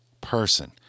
person